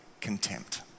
contempt